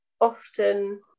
often